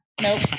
Nope